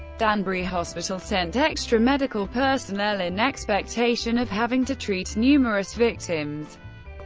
danbury hospital sent extra medical personnel in expectation of having to treat numerous victims.